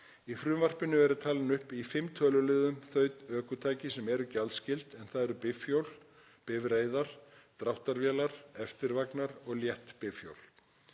Í frumvarpinu eru talin upp í fimm töluliðum þau ökutæki sem eru gjaldskyld en það eru bifhjól, bifreiðar, dráttarvélar, eftirvagnar og létt bifhjól.